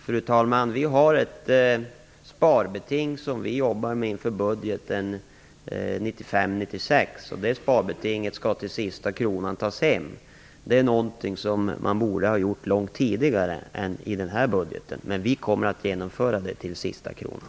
Fru talman! Vi har ett sparbeting som vi jobbar med inför budgeten 1995/96. Det sparbetinget skall tas hem till sista kronan. Det borde ha gjorts långt tidigare. Vi kommer att genomföra det till sista kronan.